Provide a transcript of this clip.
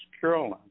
Carolyn